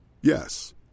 Yes